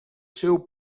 seu